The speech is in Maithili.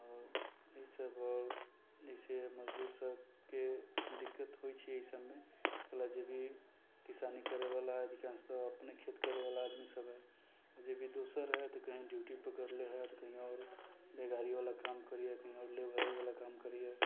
आओर ईसब आओर जइसे मजदूर सबके दिक्कत होइ छै एहिसबमे कियाकि जे भी किसानी करैवला अधिकांशतः अपने खेत करैवला आदमीसब हइ जे भी दोसर हइ तऽ कहीँ ड्यूटी पकड़ले हइ तऽ कहीँ आओर बेगारीवला काम करै हइ कहीँ आओर लेबरेवला काम करै हइ